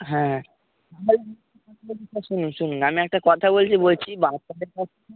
হ্যাঁ শুনুন শুনুন আমি একটা কথা বলছি বলছি বাচ্চাদের কাছে